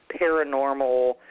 paranormal